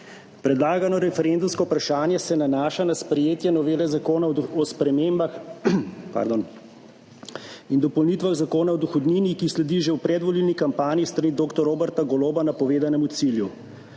Predlagano referendumsko vprašanje se nanaša na sprejetje novele Zakona o spremembah in dopolnitvah Zakona o dohodnini, ki sledi že v predvolilni kampanji s strani dr. Roberta Goloba napovedanemu cilju.